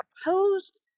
opposed